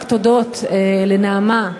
רק תודות לנעמה,